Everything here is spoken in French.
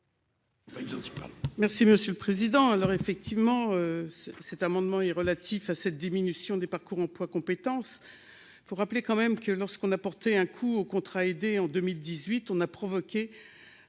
Merci Monsieur le Président, alors effectivement, cet amendement est relatif à cette diminution des parcours emploi compétence, il faut rappeler quand même que lorsqu'on a porté un coup aux contrats aidés en 2018 on a provoqué